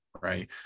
right